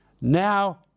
Now